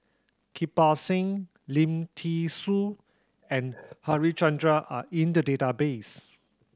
Kirpal Singh Lim Thean Soo and Harichandra are in the database